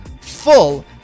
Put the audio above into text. full